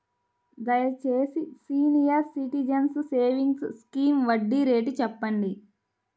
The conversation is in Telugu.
దయచేసి సీనియర్ సిటిజన్స్ సేవింగ్స్ స్కీమ్ వడ్డీ రేటు చెప్పండి